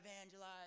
evangelize